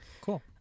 cool